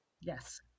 Yes